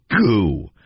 goo